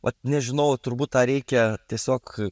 vat nežinau turbūt tą reikia tiesiog